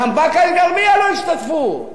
גם באקה-אל-ע'רביה לא השתתפו.